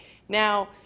now,